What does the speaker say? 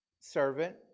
servant